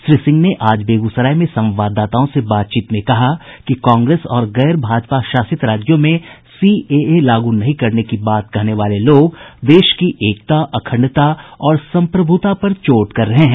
श्री सिंह ने आज बेगूसराय में संवाददाताओं से बातचीत में कहा कि कांग्रेस और गैर भाजपा शासित राज्यों में सीएए लागू नहीं करने की बात कहने वाले लोग देश की एकता अखंडता और संप्रभुता पर चोट कर रहे हैं